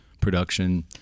production